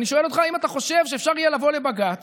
ואני שואל אותך: האם אתה חושב שאפשר יהיה לבוא לבג"ץ